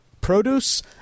Produce